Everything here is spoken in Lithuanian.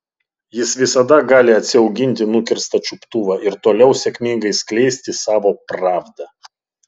jis visada gali atsiauginti nukirstą čiuptuvą ir toliau sėkmingai skleisti savo pravdą